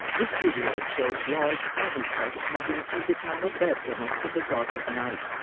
this video shows large army trucks moving through the town of bergamo in the dark of night.